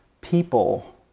people